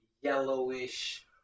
yellowish